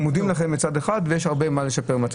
אנחנו מודים לכם ומהצד השני יש הרבה מה לשפר.